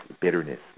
bitterness